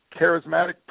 charismatic